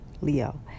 Leo